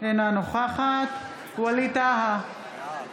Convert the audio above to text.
אינה נוכחת ווליד טאהא,